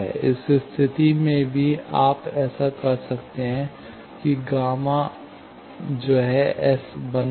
उस स्थिति में भी आप ऐसा कर सकते हैं Γ ¿ S 11